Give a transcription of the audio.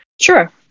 Sure